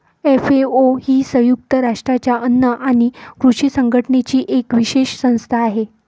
FAO ही संयुक्त राष्ट्रांच्या अन्न आणि कृषी संघटनेची एक विशेष संस्था आहे